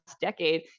decade